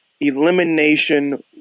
elimination